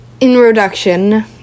introduction